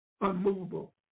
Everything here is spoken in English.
unmovable